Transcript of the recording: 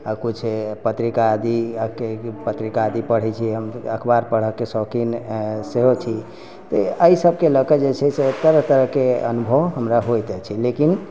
आ किछु पत्रिका आदि के पत्रिका आदि पढ़ै छी हम अखबार पढ़ै के शौकीन सेहो छी तऽ एहि सबके लऽ के जे छै से तरह तरह के अनुभव हमरा होइत अछि लेकिन